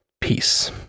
peace